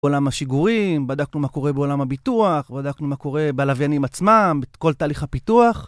עולם השיגורים, בדקנו מה קורה בעולם הביטוח, בדקנו מה קורה בלווינים עצמם, בכל תהליך הפיתוח.